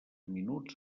minuts